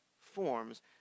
forms